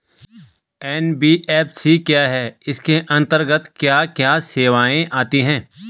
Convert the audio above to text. NBFC क्या है इसके अंतर्गत क्या क्या सेवाएँ आती हैं?